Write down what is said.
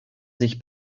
sich